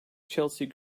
chelsea